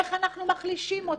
איך אנחנו מחלישים אותם?